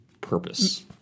purpose